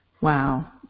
Wow